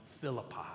Philippi